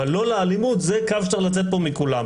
אבל לא לאלימות זה קו שצריך לצאת פה מכולם,